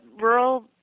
rural